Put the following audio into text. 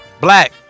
Black